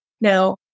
Now